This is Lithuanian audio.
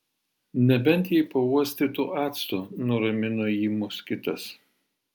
nebent jei pauostytų acto nuramino jį moskitas